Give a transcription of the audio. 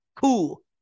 Cool